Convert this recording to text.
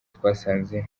twasanze